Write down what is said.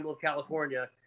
California